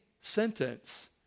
sentence